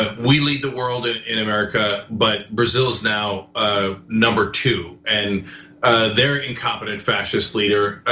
ah we lead the world in in america, but brazil's now ah number two and they're incompetent fascist leader.